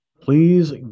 please